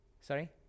Sorry